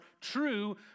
true